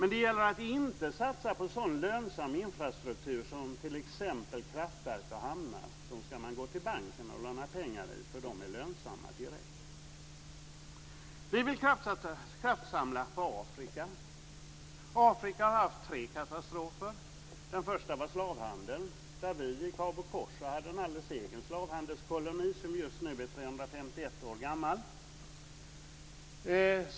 Men det gäller att inte satsa på sådan lönsam infrastruktur som t.ex. kraftverk och hamnar. När det gäller sådant ska man gå till banken och låna pengar, eftersom det är lönsamt direkt. Afrika har haft tre katastrofer. Den första var slavhandeln; vi hade i Cabo Corso en alldeles egen slavhandelskoloni som nu är 351 år gammal.